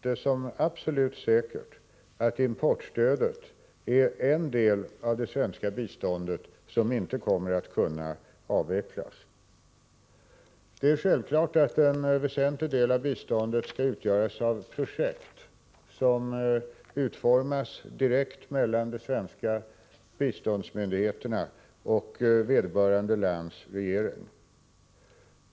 det emellertid för absolut säkert att importstödet är en del av det svenska biståndet som inte kommer att kunna avvecklas. Det är självklart att en väsentlig del av biståndet skall utgöras av projekt som utformas i direkt samarbete mellan de svenska biståndsmyndigheterna och vederbörande lands regering.